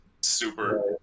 super